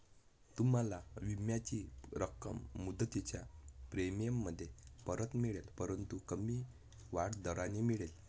तुम्हाला विम्याची रक्कम मुदतीच्या प्रीमियममध्ये परत मिळेल परंतु कमी वाढ दराने मिळेल